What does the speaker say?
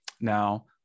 now